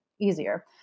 easier